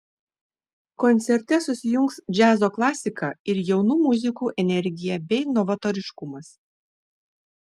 koncerte susijungs džiazo klasika ir jaunų muzikų energija bei novatoriškumas